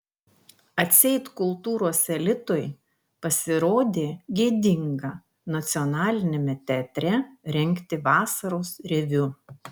atseit kultūros elitui pasirodė gėdinga nacionaliniame teatre rengti vasaros reviu